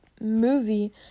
movie